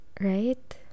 Right